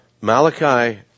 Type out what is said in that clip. Malachi